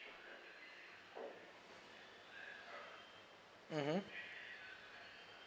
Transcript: mmhmm